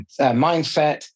mindset